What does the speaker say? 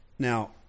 Now